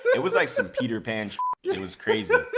it was like some peter pan shit it was crazy.